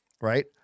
Right